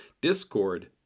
discord